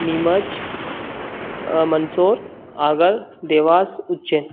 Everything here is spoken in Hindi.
नीमच मंदसौर आगर देवास उज्जैन